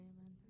amen